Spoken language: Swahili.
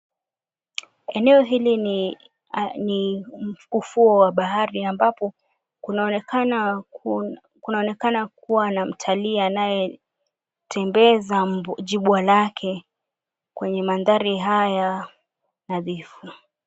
Eneo hili ni ufuo wa bahari ambapo kunaonekana kuwa na mtalii anayetembeza jibwa lake kwenye maandhari haya nadhifu.